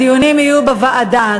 הדיונים יהיו בוועדה.